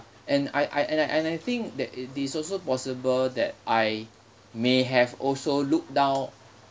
and I I and I and I think that it is also possible that I may have also looked down